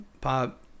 Pop